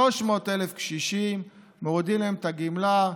300,000 קשישים, מורידים להם את הגמלה,